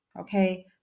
okay